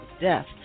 death